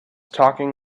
talking